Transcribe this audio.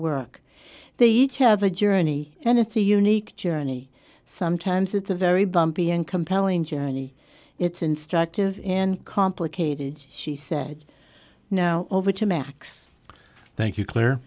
work they each have a journey and it's a unique journey sometimes it's a very bumpy and compelling journey it's instructive in complicated she said you know over to max thank you cl